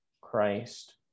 Christ